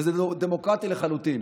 וזה דמוקרטי לחלוטין.